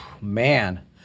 Man